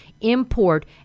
import